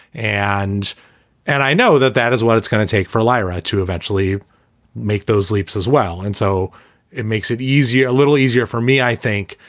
and and i know that that is what it's going to take for lyra to eventually make those leaps as well. and so it makes it easier, a little easier for me, i think,